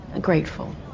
grateful